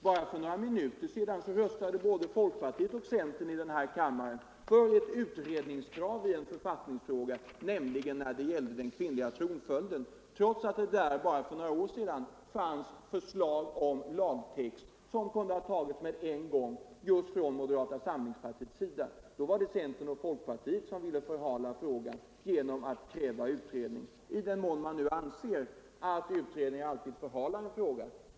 Bara för några minuter sedan röstade folkpartiet och centern i denna kammare för ett utredningsförslag i en författningsfråga, nämligen när det gällde den kvinnliga tronföljden, trots att det i det avseendet för några år sedan fanns förslag till lagtext, som direkt kunde ha antagits, av moderata samlingspartiet. Då var det centern och folkpartiet som ville förhala genom utredningskrav. Den beskrivningen gäller åtminstone om man nu anser att utredningar alltid förhalar en fråga.